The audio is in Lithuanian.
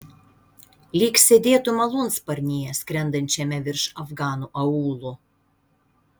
lyg sėdėtų malūnsparnyje skrendančiame virš afganų aūlų